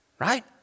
right